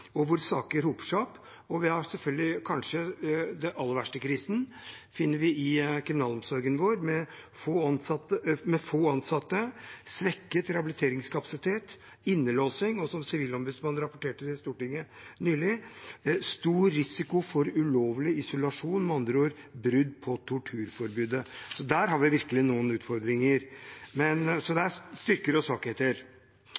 og hvor saker hoper seg opp. Den aller verste krisen finner vi kanskje i kriminalomsorgen vår med få ansatte, svekket rehabiliteringskapasitet og innelåsing. Og som Sivilombudsmannen rapporterte til Stortinget nylig, er det stor risiko for ulovlig isolasjon – med andre ord brudd på torturforbudet. Der har vi virkelig noen utfordringer. Så det er